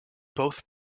both